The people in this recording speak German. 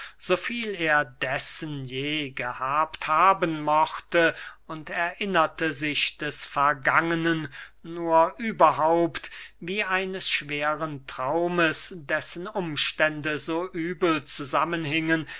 so viel er dessen je gehabt haben mochte und erinnerte sich des vergangenen nur überhaupt wie eines schweren traumes dessen umstände so übel